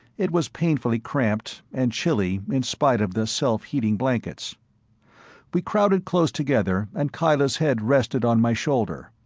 it was painfully cramped, and chilly in spite of the self-heating blankets we crowded close together and kyla's head rested on my shoulder.